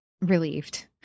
relieved